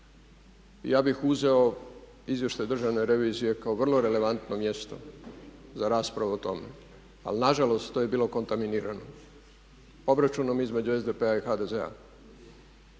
ja bih uzeo izvještaj državne revizije kao vrlo relevantno mjesto za raspravu o tome ali nažalost to je bilo kontaminirano obračunom između SDP-a i HDZ-a.